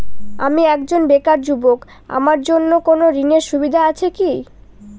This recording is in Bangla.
আমি একজন বেকার যুবক আমার জন্য কোন ঋণের সুবিধা আছে কি?